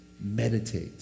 Meditate